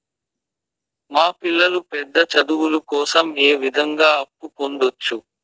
మా పిల్లలు పెద్ద చదువులు కోసం ఏ విధంగా అప్పు పొందొచ్చు?